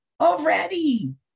Already